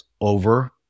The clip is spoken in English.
over